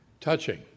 touching